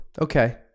okay